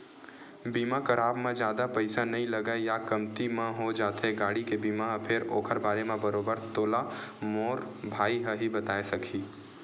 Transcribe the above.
बीमा कराब म जादा पइसा नइ लगय या कमती म हो जाथे गाड़ी के बीमा ह फेर ओखर बारे म बरोबर तोला मोर भाई ह ही बताय सकही